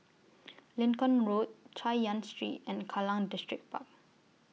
Lincoln Road Chay Yan Street and Kallang Distripark